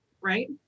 right